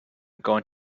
going